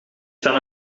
staan